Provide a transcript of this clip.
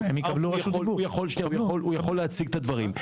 הוא יכול להציג את הדברים.